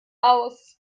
aus